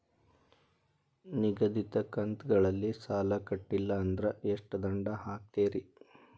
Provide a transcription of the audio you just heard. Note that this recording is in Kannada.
ನಿಗದಿತ ಕಂತ್ ಗಳಲ್ಲಿ ಸಾಲ ಕಟ್ಲಿಲ್ಲ ಅಂದ್ರ ಎಷ್ಟ ದಂಡ ಹಾಕ್ತೇರಿ?